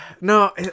No